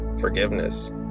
forgiveness